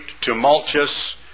tumultuous